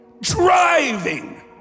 driving